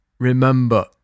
Remember